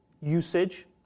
usage